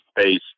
space